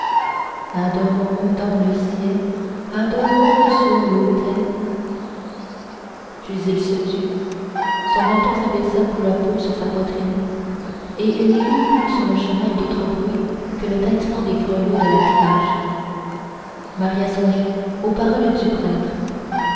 adorons le dans le ciel adorons le sur l'autel puis il se tut son menton s'abaissa peu à peu sur sa poitrine et il n'y eut plus sur le chemin d'autre bruit que le tintement des grelots de l'attelage maria songeait aux paroles du prêtre